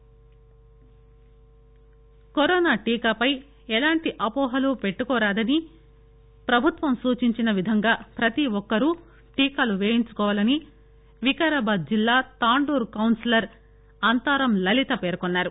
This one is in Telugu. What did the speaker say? పిటిసికామారెడ్లి వికారాబాద్ కరోనా టీకా పై ఎలాంటి అపోహలు పెట్టుకోరాదని ప్రభుత్వం సూచించిన విధంగా ప్రతి ఒక్కరూ టీకాలు పేయించుకోవాలని వికారాబాద్ జిల్లా తాండూరు కౌన్సిలర్ అంతారం లలిత పేర్కొన్నారు